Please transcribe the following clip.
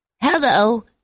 Hello